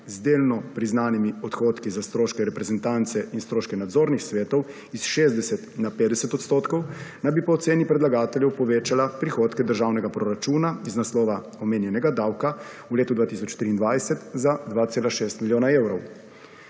z delno priznanimi odhodki za stroške reprezentance in stroške nadzornih svetov iz 60 na 50 % naj bi po oceni predlagateljev povečala prihodke državnega proračuna iz naslova omenjenega davka v letu 2023 za 2,6 milijona evrov.